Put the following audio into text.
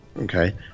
okay